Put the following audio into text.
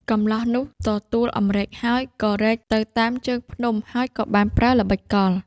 កម្លោះនោះទទួលអំរែកហើយ ក៏រែកទៅតាមជើងភ្នំ ហើយក៏បានប្រើល្បិចកល។